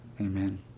Amen